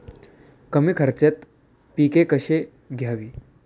कमी खर्चात पिके कशी घ्यावी?